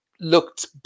looked